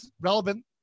relevant